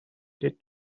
did